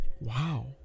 Wow